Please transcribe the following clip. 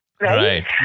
right